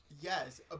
Yes